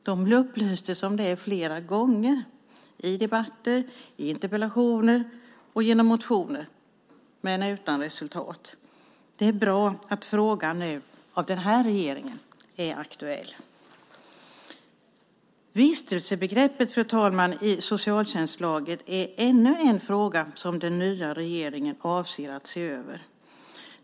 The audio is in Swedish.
Den upplystes om detta flera gånger - i debatter, i interpellationer och genom motioner - men utan resultat. Det är bra att den här regeringen nu har gjort frågan aktuell. Vistelsebegreppet i socialtjänstlagen, fru talman, är ännu en fråga som den nya regeringen avser att se över.